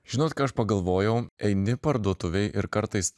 žinot ką aš pagalvojau eini parduotuvėj ir kartais